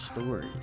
Stories